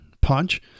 punch